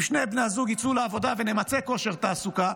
אם שני בני הזוג יצאו לעבודה ונמצה את כושר התעסוקה,